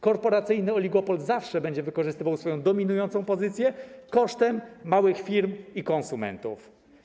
Korporacyjny oligopol zawsze będzie wykorzystywał swoją dominującą pozycję kosztem małych firm i konsumentów.